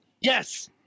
Yes